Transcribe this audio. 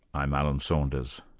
i'm alan saunders.